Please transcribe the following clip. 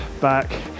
back